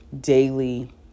daily